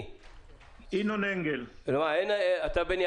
אין הגדרה לתקשורת.